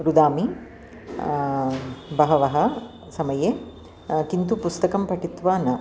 रोदिमि बहवः समये किन्तु पुस्तकं पठित्वा न